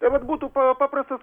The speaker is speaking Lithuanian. tai vat būtų pa paprastas